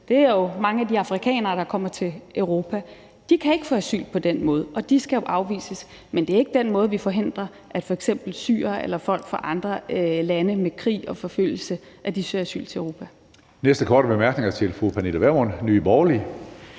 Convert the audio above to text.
Det gælder jo mange af de afrikanere, der kommer til Europa. De kan ikke få asyl på den måde, og de skal afvises. Men det er ikke den måde, vi forhindrer, at f.eks. syrere eller folk fra andre lande med krig og forfølgelse søger asyl i Europa. Kl. 16:03 Tredje næstformand (Karsten